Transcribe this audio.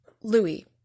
Louis